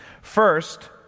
First